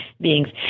beings